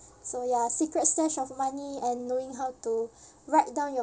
so ya secret stash of money and knowing how to write down your